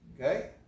Okay